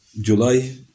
July